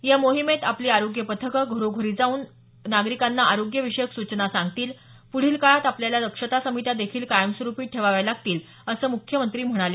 या मोहीमेत आपली आरोग्य पथकं घरोघरी भेट देऊन नागरीकांना आरोग्य विषयक सूचना सांगतील पुढील काळात आपल्याला दक्षता समित्या देखील कायमस्वरूपी ठेवाव्या लागतील असं मुख्यमंत्री म्हणाले